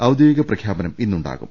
ഔദ്യോഗിക പ്രഖ്യാപനം ഇന്നു ണ്ടാകും